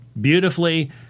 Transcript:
beautifully